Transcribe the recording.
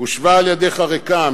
הושבה על-ידך ריקם.